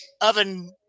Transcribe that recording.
oven